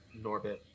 Norbit